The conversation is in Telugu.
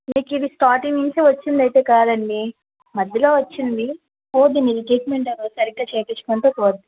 మీకిది స్టార్టింగ్ నుంచి వచ్చిందయితే కాదండీ మధ్యలో వచ్చింది పోతుంది మీరు ట్రీట్మెంట్ సరిగ్గా చెయ్యింకుంటే పోతుంది